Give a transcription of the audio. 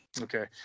Okay